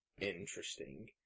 interesting